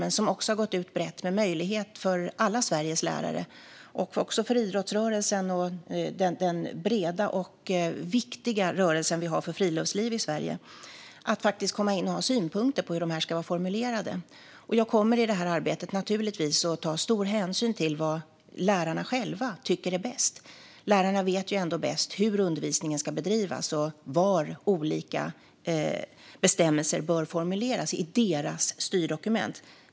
Men man har också gått ut brett med möjlighet för alla Sveriges lärare, också för idrottsrörelsen och den breda och viktiga rörelsen för friluftsliv i Sverige, att komma in med synpunkter på hur kursplanerna ska vara formulerade. Jag kommer naturligtvis i detta arbete att ta stor hänsyn till vad lärarna själva tycker är bäst. Lärarna vet ju ändå bäst hur undervisningen ska bedrivas och var olika bestämmelser bör formuleras i deras styrdokument.